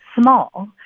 small